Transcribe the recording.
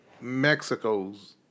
Mexico's